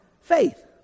faith